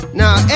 now